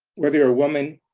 whether you're a woman,